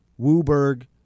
Wooberg